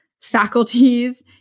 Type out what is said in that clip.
faculties